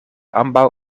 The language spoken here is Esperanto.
ambaŭ